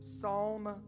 Psalm